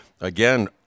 again